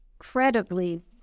incredibly